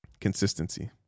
Consistency